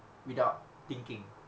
without thinking